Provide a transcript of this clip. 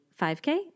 5K